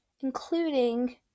Including